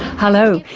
hello,